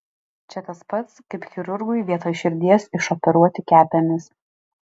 čia tas pats kaip chirurgui vietoj širdies išoperuoti kepenis